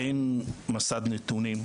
אין מסד נתונים,